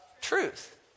truth